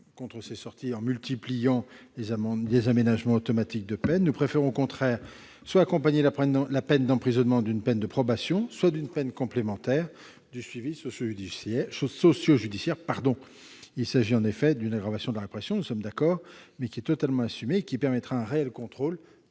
contre ces sorties en multipliant les aménagements automatiques de peine. Elle préfère au contraire accompagner la peine d'emprisonnement soit d'une peine de probation soit d'une peine complémentaire du suivi socio-judiciaire. Il s'agit certes d'une aggravation de la répression, nous en sommes d'accord, mais qui est totalement assumée et qui permettra d'assurer un réel contrôle